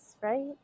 right